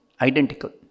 identical